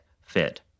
fit